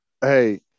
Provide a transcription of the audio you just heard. Hey